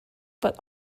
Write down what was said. but